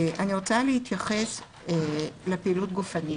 אני רוצה להתייחס לפעילות גופנית.